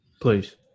Please